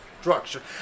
structure